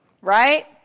Right